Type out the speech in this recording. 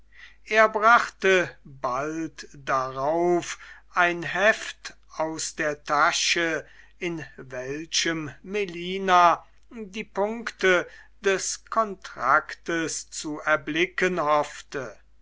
er brachte bald darauf ein heft aus der tasche in welchem melina die punkte des kontraktes zu erblicken hoffte